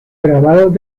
grabados